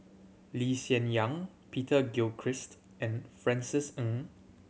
Lee Yang Peter Gilchrist and Francis Ng